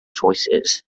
choices